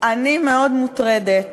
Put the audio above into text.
אני מאוד מוטרדת,